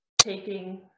taking